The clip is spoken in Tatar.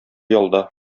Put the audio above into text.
ялда